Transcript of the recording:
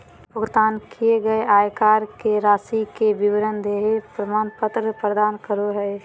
भुगतान किए गए आयकर के राशि के विवरण देहइ प्रमाण पत्र प्रदान करो हइ